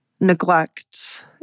neglect